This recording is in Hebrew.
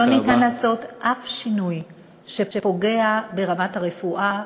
לא ניתן לעשות אף שינוי שפוגע ברמת הרפואה,